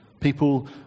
people